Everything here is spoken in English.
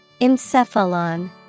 Encephalon